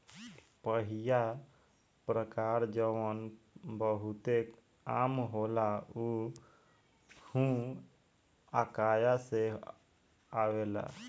पहिला प्रकार जवन बहुते आम होला उ हुआकाया से आवेला